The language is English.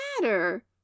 matter